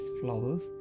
flowers